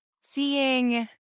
seeing